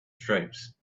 stripes